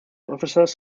officers